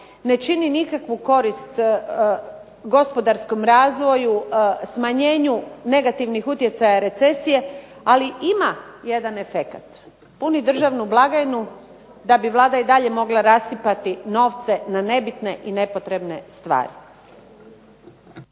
Ne čini nikakvu korist gospodarskom razvoju, smanjenju negativnih utjecaja recesije, ali ima jedan efekat. Puni državnu blagajnu da bi Vlada i dalje mogla rasipati novce na nebitne i nepotrebne stvari.